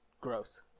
gross